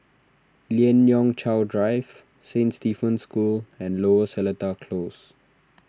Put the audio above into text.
Lien Ying Chow Drive Saint Stephen's School and Lower Seletar Close